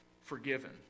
forgiven